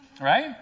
Right